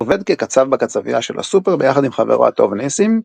עובד כקצב בקצבייה של הסופר ביחד עם חברו הטוב ניסים,